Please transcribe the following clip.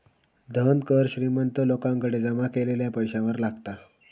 धन कर श्रीमंत लोकांकडे जमा केलेल्या पैशावर लागता